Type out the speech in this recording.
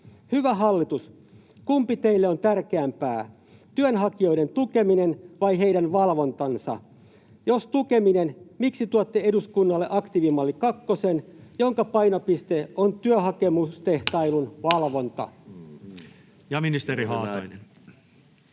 Hyvä hallitus, kumpi teille on tärkeämpää: työnhakijoiden tukeminen vai heidän valvontansa? Jos tukeminen, miksi tuotte eduskunnalle aktiivimalli kakkosen, jonka painopiste on työhakemustehtailun valvonta?